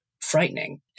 frightening